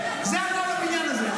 זה הנוהל בבניין הזה.